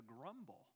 grumble